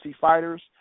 fighters